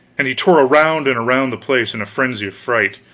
and he tore around and around the place in a frenzy of fright,